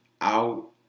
out